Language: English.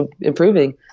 improving